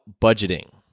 budgeting